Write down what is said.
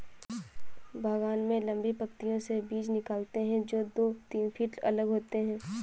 बागान में लंबी पंक्तियों से बीज निकालते है, जो दो तीन फीट अलग होते हैं